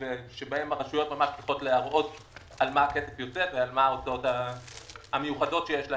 הרשויות צריכות להראות על מה הכסף יוצא ומה ההוצאות המיוחדות שיש להן.